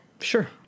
Sure